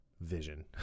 vision